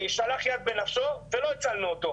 שלח יד בנפשו ולא הצלנו אותו,